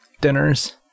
dinners